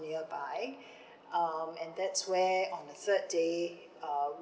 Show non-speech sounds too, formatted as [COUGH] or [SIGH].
nearby [BREATH] um and that's where on the third day uh